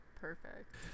Perfect